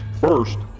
first,